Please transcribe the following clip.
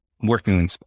working